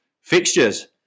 fixtures